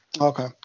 Okay